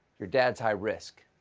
your dad's high-risk.